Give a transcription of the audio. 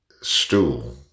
stool